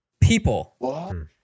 people